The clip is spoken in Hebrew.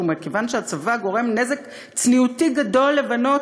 ומכיוון שהצבא גורם נזק צניעותי גדול לבנות,